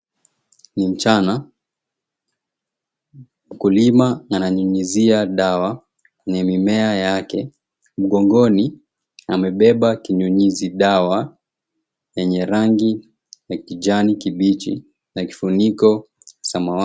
Ni mchana, mkulima ananyunyizia dawa, ni mimea yake. Mgongoni amebeba kinyunyizi dawa yenye rangi ya kijani kibichi na kifuniko samawati.